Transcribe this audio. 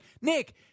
Nick